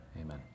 Amen